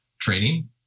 training